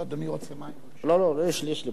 אמרו לנו בוועדה ששר התקשורת שיבוא